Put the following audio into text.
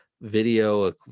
video